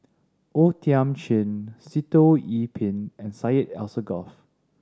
O Thiam Chin Sitoh Yih Pin and Syed Alsagoff